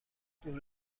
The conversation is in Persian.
دور